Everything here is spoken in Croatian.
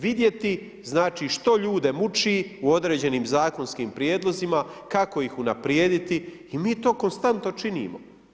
Vidjeti, znači, što ljude muči u određenim zakonskim prijedlozima, kako ih unaprijediti i mi to konstantno činimo.